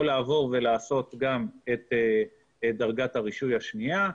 לעבור ולעשות גם את דרגת הרישוי השנייה.